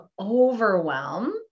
overwhelm